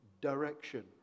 direction